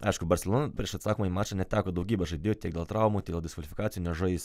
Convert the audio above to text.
aišku barselona prieš atsakomąjį mačą neteko daugybės žadėjų tik dėl traumų tiek dėl diskvalifikacijų nežais